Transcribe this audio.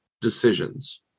decisions